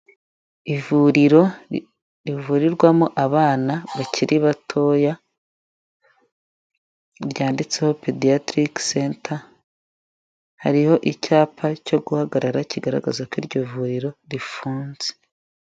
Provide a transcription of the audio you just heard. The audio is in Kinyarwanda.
Ivuriro rivurirwamo abana bakiri batoya ryanditseho pediatric center, hariho icyapa cyo guhagarara kigaragaza ko iryo vuriro rifunze.